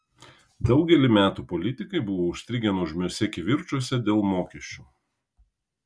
daugelį metų politikai buvo užstrigę nuožmiuose kivirčuose dėl mokesčių